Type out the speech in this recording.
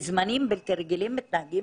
בזמנים בלתי רגילים מתנהגים